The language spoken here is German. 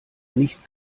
nicht